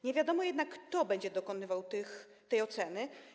Nie wiadomo jednak, kto będzie dokonywał tej oceny.